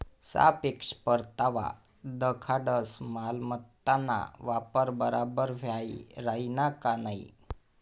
सापेक्ष परतावा दखाडस मालमत्ताना वापर बराबर व्हयी राहिना का नयी